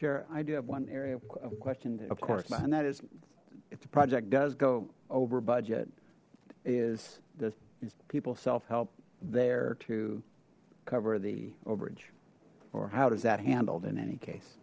sure i do have one area of question of course and that is it's a project does go over budget is the people self help there to cover the overage or how does that handle it in any case